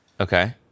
Okay